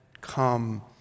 Come